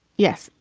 yes.